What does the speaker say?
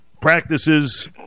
practices